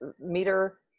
meter